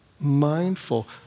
mindful